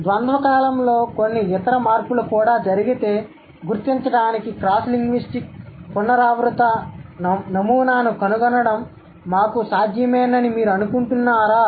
ద్వంద్వ కాలంలో కొన్ని ఇతర మార్పులు కూడా జరిగితే గుర్తించడానికి క్రాస్ లింగ్విస్టిక్ పునరావృత నమూనాను కనుగొనడం మాకు సాధ్యమేనని మీరు అనుకుంటున్నారా